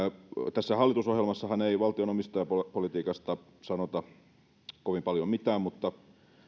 tässä hallitusohjelmassahan ei valtion omistajapolitiikasta sanota kovin paljon mitään mutta